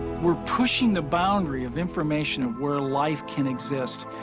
we're pushing the boundary of information of where life can exist,